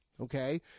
Okay